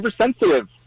oversensitive